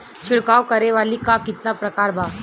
छिड़काव करे वाली क कितना प्रकार बा?